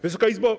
Wysoka Izbo!